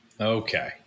Okay